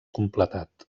completat